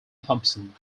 thomson